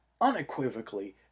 unequivocally